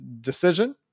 decision